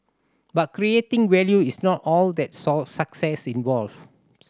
but creating value is not all that success involves